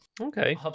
Okay